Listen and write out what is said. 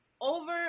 over